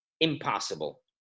impossible